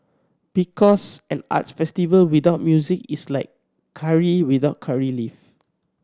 because an arts festival without music is like curry without curry leave